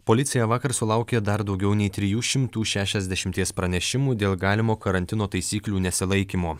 policija vakar sulaukė dar daugiau nei trijų šimtų šešiasdešimties pranešimų dėl galimo karantino taisyklių nesilaikymo